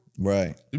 Right